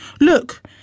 Look